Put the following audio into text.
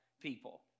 people